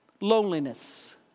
loneliness